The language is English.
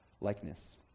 likeness